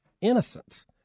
innocence